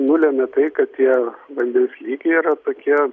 nulėmė tai kad tie vandens lygiai yra tokie